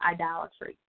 idolatry